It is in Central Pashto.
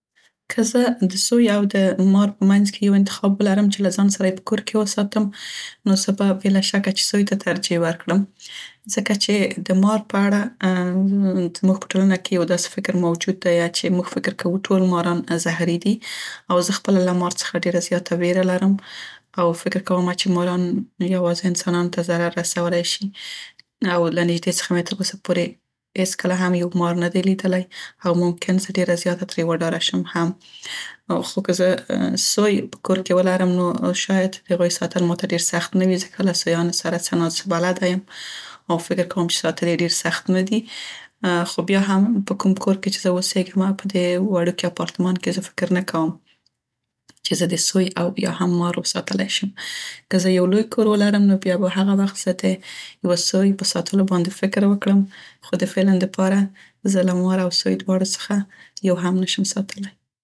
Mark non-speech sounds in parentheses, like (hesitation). زموږ په ټولنه کې، (hesitation) که زه د سوی او د مار په منځ کې یو انتخاب ولرم چې له ځان سره یې په کور کې وساتم، نو زه به بې له شکه چې سوی ته ترجیح ورکړم، ځکه چې د مار په اړه یو داسې فکر موجود دیه چې موږ فکر کوو ټول ماران زهري دي او زه خپله له مار څخه ډيره زیاته ویره لرم او فکر کومه چې ماران یوازې انسانانو ته ضرر رسولی شي او له نیږدې مې تر اوسه پورې هیڅ کله هم یو مار ندی لیدلی. او ممکن زه ډيره زیاته ترې وډاره شم هم < خو که زه سوی په کور کې ولرم نو شاید د هغوی ساتل ماته ډير سخت نه وي ځکه له سویانو سره څه ناڅه بلده یم او فکر کوم چې ساتل یې ډير سخت نه دي. خو بیا هم په کوم کور کې چې زه اوسیګمه په دې وړوکي اپارتمان کې زه فکر نه کوم چې زه دې سوی یا هم مار وساتلی شم. که زه یو لوی کور ولرم نو بیا به هغه وخت زه د یو سوی په ساتلو باندې فکر وکړم خو د فعلاً دپاره زه له مار او سوی دواړو څخه یو هم نشم ساتلی.